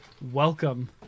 Welcome